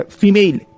female